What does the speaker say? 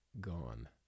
gone